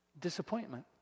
disappointment